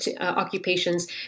occupations